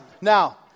Now